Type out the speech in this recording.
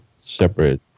separate